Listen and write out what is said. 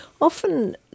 often